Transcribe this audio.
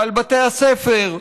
ועל בתי הספר.